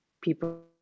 people